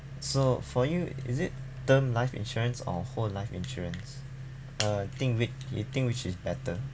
so for you is it term life insurance or whole life insurance uh think whi~ you think which is better